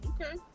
Okay